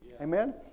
amen